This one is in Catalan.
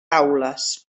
taules